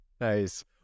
Nice